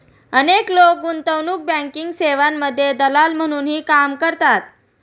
अनेक लोक गुंतवणूक बँकिंग सेवांमध्ये दलाल म्हणूनही काम करतात